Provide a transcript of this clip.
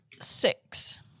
Six